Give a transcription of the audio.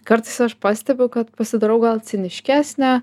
kartais aš pastebiu kad pasidarau gal ciniškesne